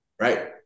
right